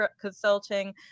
consulting